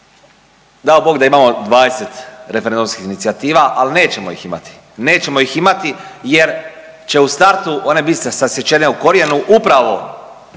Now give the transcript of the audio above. dao Bog da imamo 20 referendumskih inicijativa, al nećemo ih imati, nećemo ih imati jer će u startu one bit sasječene u korijenu upravo